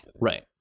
Right